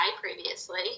previously